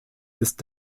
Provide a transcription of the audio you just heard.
ist